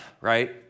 right